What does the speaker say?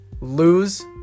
lose